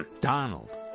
Donald